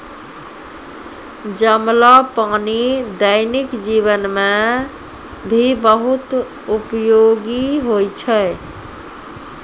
जमलो पानी दैनिक जीवन मे भी बहुत उपयोगि होय छै